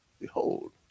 behold